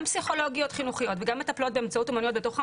גם פסיכולוגיות חינוכיות וגם מטפלות באמצעות אומנויות בתוך המערכת,